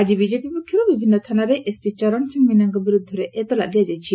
ଆଜି ବିଜେପି ପକ୍ଷର୍ ବିଭିନ୍ନ ଥାନାରେ ଏସ୍ପି ଚରଣ ସିଂ ମୀନାଙ୍କ ବିରୁଦ୍ଧରେ ଏତଲା ଦିଆଯାଇଛି